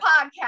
podcast